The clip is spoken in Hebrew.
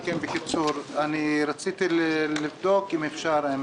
רציתי לבדוק אם אפשר,